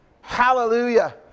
Hallelujah